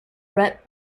brett